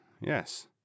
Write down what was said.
Yes